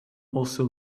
also